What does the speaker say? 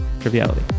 triviality